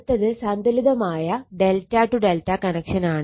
അടുത്തത് സന്തുലിതമായ ∆∆ കണക്ഷനാണ്